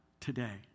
today